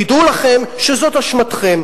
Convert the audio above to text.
תדעו לכם שזו אשמתכם,